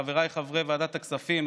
לחבריי חברי ועדת הכספים,